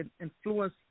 influence